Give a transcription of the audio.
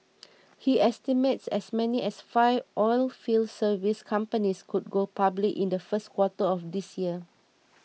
he estimates as many as five oilfield service companies could go public in the first quarter of this year